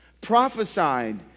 prophesied